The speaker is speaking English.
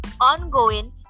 ongoing